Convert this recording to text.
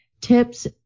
tips